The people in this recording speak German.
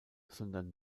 sondern